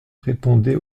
répondait